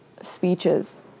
speeches